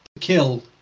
kill